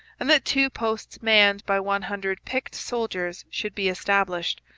and that two posts manned by one hundred picked soldiers should be established,